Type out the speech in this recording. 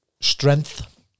Strength